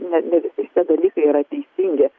ne ne visi šitie dalykai yra teisingi